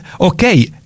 okay